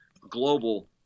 global